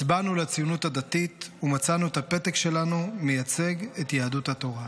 הצבענו לציונות הדתית ומצאנו את הפתק שלנו מייצג את יהדות התורה.